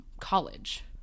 college